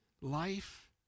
life